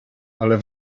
ale